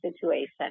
situation